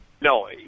No